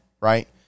right